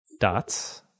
dots